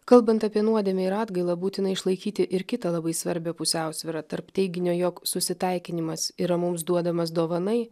kalbant apie nuodėmę ir atgailą būtina išlaikyti ir kitą labai svarbią pusiausvyrą tarp teiginio jog susitaikinimas yra mums duodamas dovanai